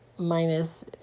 Minus